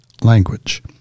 language